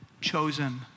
chosen